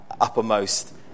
uppermost